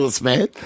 man